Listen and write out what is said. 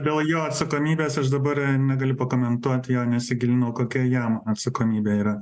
dėl jo atsakomybės aš dabar negaliu pakomentuoti jo nesigilinau kokia jam atsakomybė yra